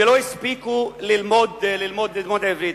ולא הספיקו ללמוד עברית.